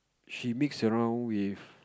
she mix around with